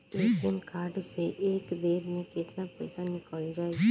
ATM card से एक बेर मे केतना पईसा निकल जाई?